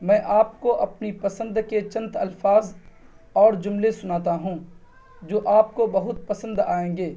میں آپ کو اپنی پسند کے چند الفاظ اور جملے سناتا ہوں جو آپ کو بہت پسند آئیں گے